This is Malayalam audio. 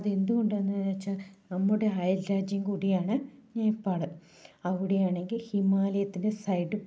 അത് എന്തുകൊണ്ടെന്ന് വെച്ചാൽ നമ്മുടെ അയൽ രാജ്യം കൂടിയാണ് നേപ്പാൾ അവിടെയാണെങ്കിൽ ഹിമാലയത്തിൻ്റെ സൈഡ്